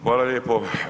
Hvala lijepo.